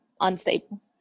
unstable